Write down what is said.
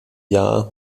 jahr